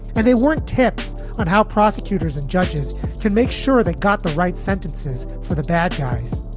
and they weren't. tips on how prosecutors and judges can make sure they got the right sentences for the bad guys.